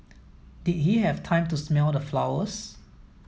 did he have time to smell the flowers